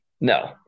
No